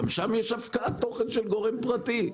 גם שם יש הפקעת תוכן של גורם פרטי?